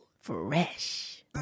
Fresh